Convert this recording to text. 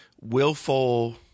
willful